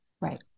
Right